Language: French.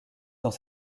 dans